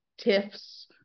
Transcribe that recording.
tiffs